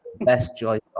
best-choice